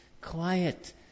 quiet